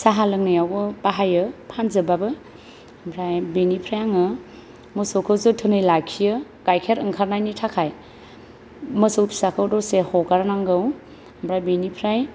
साहा लोंनायावबो बाहायो फानजोबाबो आमफ्राय बेनिफ्राय आङो मोसौखौ जोथोनै लाखियो गाइखेर ओंखारनायनि थाखाय मोसौ फिसाखौ दसे हगार नांगौ आमफ्राय बेनिफ्राय